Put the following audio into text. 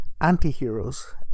anti-heroes